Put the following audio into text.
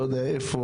לא יודע איפה,